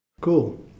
Cool